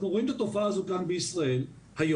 אנחנו רואים את התופעה הזאת בישראל היום,